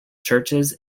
churches